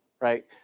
right